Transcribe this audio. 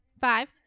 five